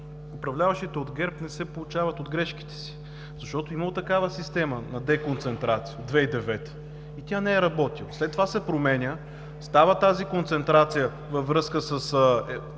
управляващите от ГЕРБ не се поучават от грешките си, защото е имало такава система на деконцентрация до 2009 г. и тя не е работела. След това се променя, става тази концентрация във връзка с